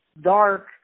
dark